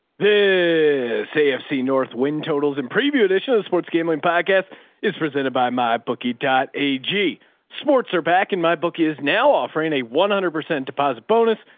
the cfc north wind totals and preview edition of sports gambling podcast is presented by my bookie dot a g sports are back in. my book is now offering a one hundred percent deposit bonus.